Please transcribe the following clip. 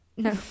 No